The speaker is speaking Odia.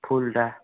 ଫୁଲ୍ ଟା